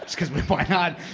because, why not?